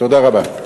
תודה רבה.